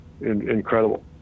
incredible